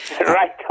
Right